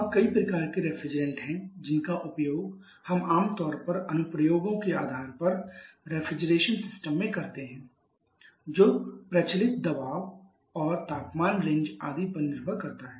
अब कई प्रकार के रेफ्रिजरेंट हैं जिनका उपयोग हम आमतौर पर अनुप्रयोगों के आधार पर रेफ्रिजरेशन सिस्टम में करते हैं जो प्रचलित दबाव और तापमान रेंज आदि पर निर्भर करता है